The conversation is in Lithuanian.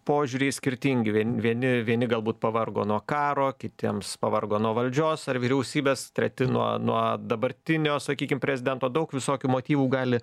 požiūriai skirtingi vien vieni vieni galbūt pavargo nuo karo kitiems pavargo nuo valdžios ar vyriausybės treti nuo nuo dabartinio sakykim prezidento daug visokių motyvų gali